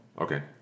Okay